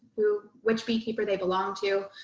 who, which beekeeper they belong to,